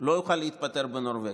לא יוכל להתפטר בנורבגי.